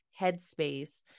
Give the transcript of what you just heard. headspace